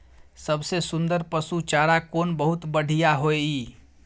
सबसे सुन्दर पसु चारा कोन बहुत बढियां होय इ?